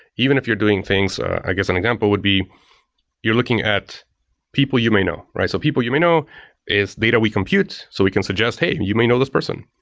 even if you're doing things, i guess an example would be you're looking at people you may know. so people you may know is data we compute. so we can suggest, hey, you may know this person.